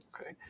Okay